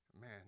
Man